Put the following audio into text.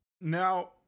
Now